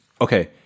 okay